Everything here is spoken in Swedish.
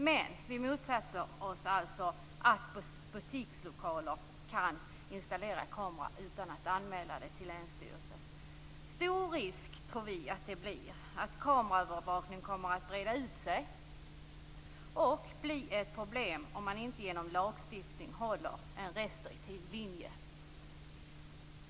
Men vi motsätter oss alltså att butikslokaler får installera en kamera utan att anmäla det till länsstyrelsen. Vi tror att det innebär en stor risk för att kameraövervakning kommer att breda ut sig och bli ett problem, om man inte genom lagstiftning håller en restriktiv linje.